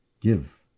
give